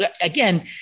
again